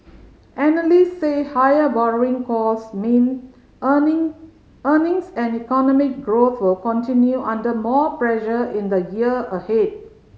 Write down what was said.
analysts say higher borrowing costs mean earning earnings and economic growth will come under more pressure in the year ahead